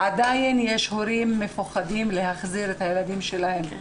עדיין יש הורים שמפחדים להחזיר את הילדים שלהם.